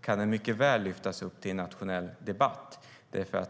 kan den lyftas upp på nationell nivå för debatt.